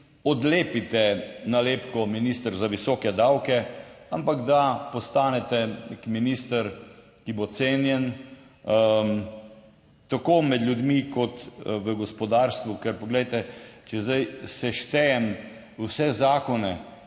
odlepite nalepko minister za visoke davke, ampak da postanete nek minister, ki bo cenjen, tako med ljudmi kot v gospodarstvu, ker poglejte, če zdaj seštejem vse zakone,